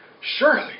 surely